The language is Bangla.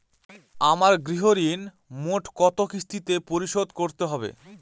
আমার গৃহঋণ মোট কত কিস্তিতে পরিশোধ করতে হবে?